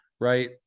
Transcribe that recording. right